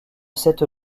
cette